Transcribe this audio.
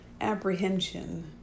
apprehension